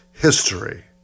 history